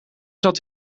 zat